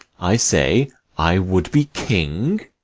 i say i would be king.